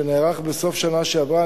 שנערך בסוף השנה שעברה,